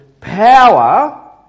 power